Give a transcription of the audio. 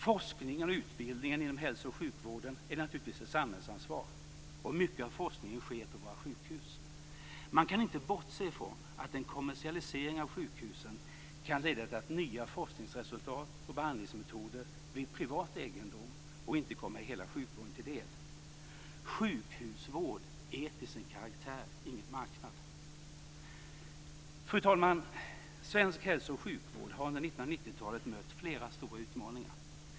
Forskningen och utbildningen inom hälso och sjukvården är naturligtvis ett samhällsansvar. Mycket av forskningen sker på våra sjukhus. Man kan inte bortse från att en kommersialisering av sjukhusen kan leda till att nya forskningsresultat och behandlingsmetoder blir privat egendom och inte kommer hela sjukvården till del. Sjukhusvård är till sin karaktär ingen marknad. Fru talman! Svensk hälso och sjukvård har under 1990-talet mött flera stora utmaningar.